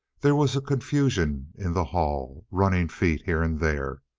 there was a confusion in the hall, running feet here and there.